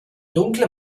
dunkle